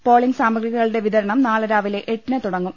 polling സാമഗ്രികളുടെ വിതരണം നാളെ രാവിലെ എട്ടിന് തുടങ്ങും